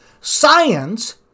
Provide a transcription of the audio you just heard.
Science